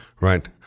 Right